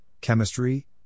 Chemistry